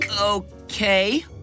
Okay